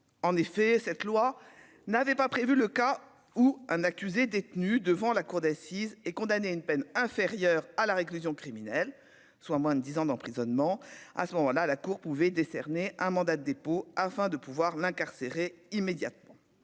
en effet, cette loi n'avait pas prévu le cas où un accusé détenu devant la cour d'assises et condamné à une peine inférieure à la réclusion criminelle, soit moins de 10 ans d'emprisonnement à ce moment-là la Cour pouvez décerné un mandat de dépôt afin de pouvoir l'incarcérer immédiatement